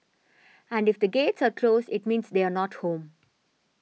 and if the gates are closed it means they are not home